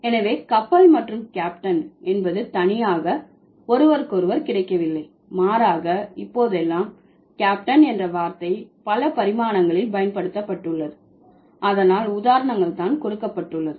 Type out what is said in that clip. எனவே கப்பல் மற்றும் கேப்டன் என்பது தனியாக ஒருவருக்கொருவர் கிடைக்கவில்லை மாறாக இப்போதெல்லாம் கேப்டன் என்ற வார்த்தை பல பரிமாணங்களில் பயன்படுத்தப்பட்டுள்ளது அதனால் உதாரணங்கள் தான் கொடுக்கப்பட்டுள்ளது